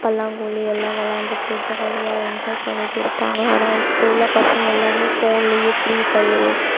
பல்லாங்குழி எல்லாம் வெளாண்டுக்கிட்டு ஜாலியாக என்ஜாய் பண்ணிகிட்டு இருப்பாங்க ஆனால் இப்போ உள்ள பசங்க எல்லாருமே ஃபோன்லேயே ஃப்ரீ ஃபயரு